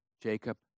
Jacob